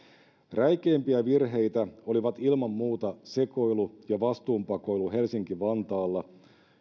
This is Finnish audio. räikeimpiä virheitä olivat ilman muuta sekoilu ja vastuun pakoilu helsinki vantaalla